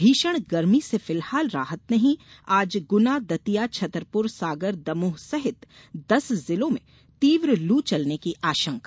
भीषण गर्मी से फिलहाल राहत नहीं आज गुना दतिया छतरपुर सागर दमोह सहित दस जिलों में तीव्र लू चलने की आशंका